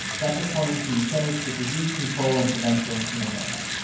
that's according to the centers for disease control and prevention in atlanta.